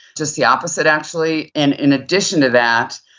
just the opposite, actually, and in addition to that,